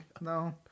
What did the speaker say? No